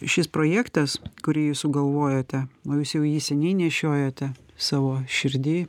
šis projektas kurį jūs sugalvojote o jūs jau seniai nešiojate savo širdy